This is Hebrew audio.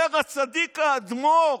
אומר הצדיק האדמו"ר,